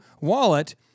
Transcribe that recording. wallet